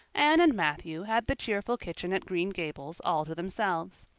anne and matthew had the cheerful kitchen at green gables all to themselves.